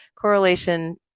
correlation